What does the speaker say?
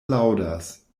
laŭdas